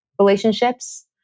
relationships